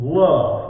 love